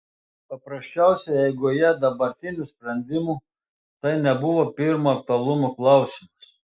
paprasčiausiai eigoje dabartinių sprendimų tai nebuvo pirmo aktualumo klausimas